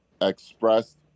expressed